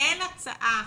אין הצעה